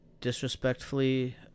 Disrespectfully